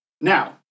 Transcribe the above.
Now